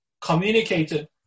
communicated